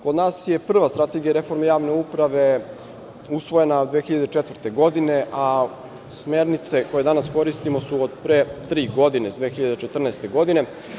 Kod nas je prva strategija reforme javne uprave usvojena 2004. godine, a smernice koje danas koristimo su od pre tri godine, iz 2014. godine.